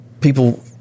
People